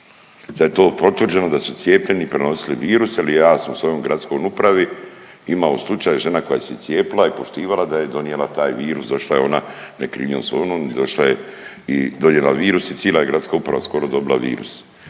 da je to potvrđeno da su cijepljeni prenosili virus jel ja sam u svojoj gradskoj upravi imao slučaj žena koja se cijepila i poštivala da je donijela taj virus, došla je ona ne krivnjom svojom došla je i donijela virus i cila je gradska uprava skoro dobila virus.